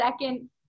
second